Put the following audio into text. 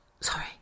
sorry